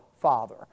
father